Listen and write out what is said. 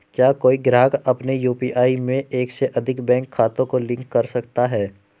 क्या कोई ग्राहक अपने यू.पी.आई में एक से अधिक बैंक खातों को लिंक कर सकता है?